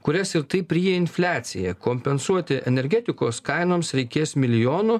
kurias ir taip ryja infliacija kompensuoti energetikos kainoms reikės milijonų